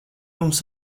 mums